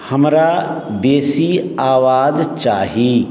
हमरा बेसी आवाज चाही